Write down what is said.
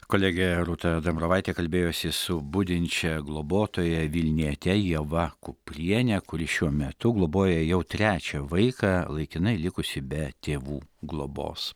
kolegė rūta dambravaitė kalbėjosi su budinčia globotoja vilniete ieva kupriene kuri šiuo metu globoja jau trečią vaiką laikinai likusį be tėvų globos